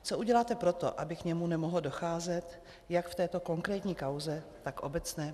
Co uděláte pro to, aby k němu nemohlo docházet jak v této konkrétní kauze, tak obecně?